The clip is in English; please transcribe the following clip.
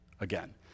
again